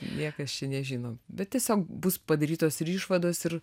niekas čia nežino bet tiesiog bus padarytos išvados ir